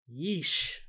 Yeesh